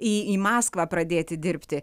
į į maskvą pradėti dirbti